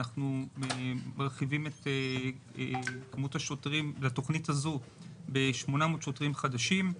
אנחנו מרחיבים את כמות השוטרים לתוכנית הזו ב-800 שוטרים חדשים,